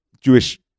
Jewish